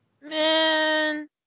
Man